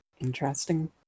interesting